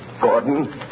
Gordon